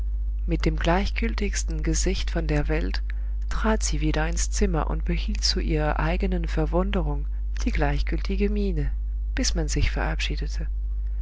mit dem gleichgültigsten gesicht von der welt trat sie wieder ins zimmer und behielt zu ihrer eigenen verwunderung die gleichgültige miene bis man sich verabschiedete